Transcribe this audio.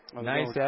Nice